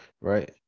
right